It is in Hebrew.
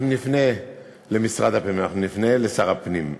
אנחנו נפנה למשרד הפנים, לשר הפנים.